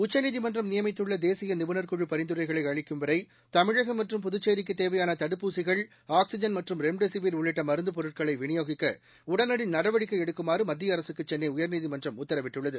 உச்சநீதிமன்றம் நியமித்துள்ள தேசிய நிபுணர்குழு பரிந்துரைகளை அளிக்கும் வரை தமிழகம் மற்றும் புதுச்சேரிக்கு தேவையாள தடுப்பூசிகள் ஆக்சிஜன் மற்றும் ரெம்டெசிவிர் உள்ளிட்ட மருந்துப்பொருட்களை வினியோகிக்க உடனடி நடவடிக்கை எடுக்குமாறு மத்திய அரசுக்கு சென்னை உயா்நீதிமன்றம் உத்தரவிட்டுள்ளது